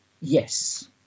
Yes